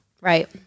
right